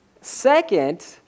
Second